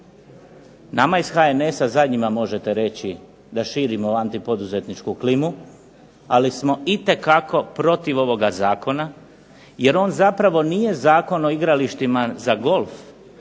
Nama ih HNS-a zadnjima možete reći da širimo antipoduzetničku klimu, ali smo itekako protiv ovoga zakona, jer on zapravo nije Zakon o igralištima za golf,